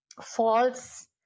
false